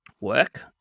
work